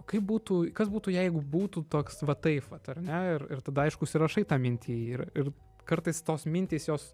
kaip būtų kas būtų jeigu būtų toks vat taip vat ar ne ir ir tada aiškus užsirašai tą mintį ir ir kartais tos mintys jos